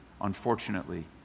unfortunately